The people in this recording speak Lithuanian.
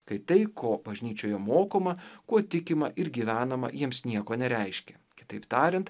kai tai ko bažnyčioje mokoma kuo tikima ir gyvenama jiems nieko nereiškia kitaip tariant